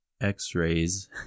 x-rays